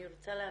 אני רוצה להבין,